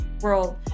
world